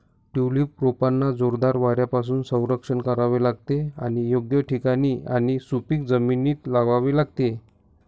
tulip रोपांना जोरदार वाऱ्यापासून संरक्षण करावे लागते आणि योग्य ठिकाणी आणि सुपीक जमिनीत लावावे लागते